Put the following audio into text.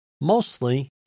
mostly